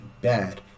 bad